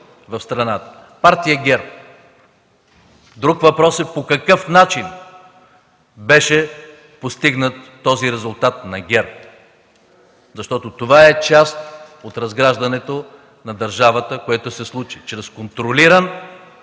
в страната – партия ГЕРБ. Друг е въпросът по какъв начин беше постигнат този резултат на ГЕРБ, защото това е част от разграждането на държавата, което се случи – чрез контролиран